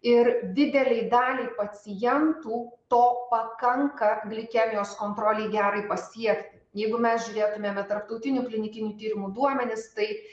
ir didelei daliai pacientų to pakanka glikemijos kontrolei gerai pasiekti jeigu mes žiūrėtume va tarptautinių klinikinių tyrimų duomenis tai